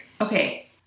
okay